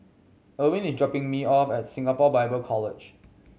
Irwin is dropping me off at Singapore Bible College